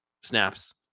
Snaps